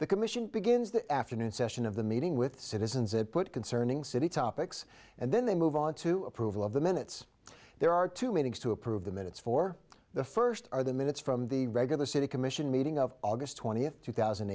the commission begins the afternoon session of the meeting with citizens it put concerning city topics and then they move on to approval of the minutes there are two meetings to approve the minutes for the first or the minutes from the regular city commission meeting of august twentieth two thousand